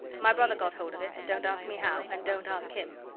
my brother got hold of it, don't ask me how and don't ask him!